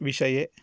विषये